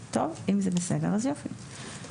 טוב, אם זה בסדר, אז יופי, נמשיך.